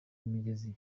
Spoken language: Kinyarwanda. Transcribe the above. migezi